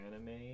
anime